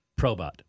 Probot